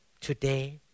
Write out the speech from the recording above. Today